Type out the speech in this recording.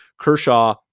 Kershaw